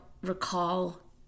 recall